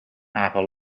apen